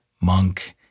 monk